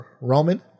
Roman